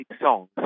songs